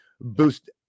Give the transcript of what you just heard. boost